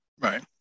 right